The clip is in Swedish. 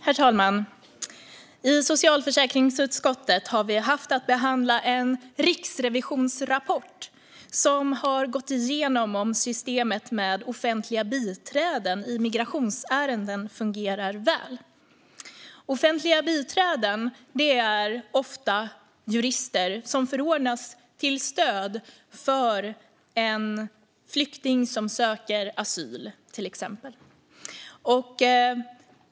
Herr talman! I socialförsäkringsutskottet har vi haft att behandla en riksrevisionsrapport där man går igenom om systemet med offentliga biträden i migrationsärenden fungerar väl. Offentliga biträden är ofta jurister som förordnas till stöd för till exempel flyktingar som söker asyl.